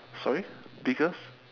sorry biggest